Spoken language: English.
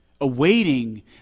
awaiting